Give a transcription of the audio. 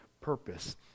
Purpose